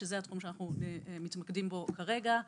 שזה התחום שאנחנו מתמקדים בו כרגע.